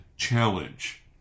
challenge